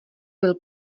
byl